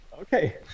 Okay